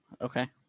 okay